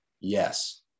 yes